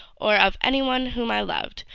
or of any one whom i loved,